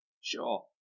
sure